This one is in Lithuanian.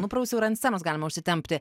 nuprausiau ir ant scenos galima užsitempti